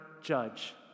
judge